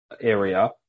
area